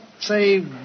say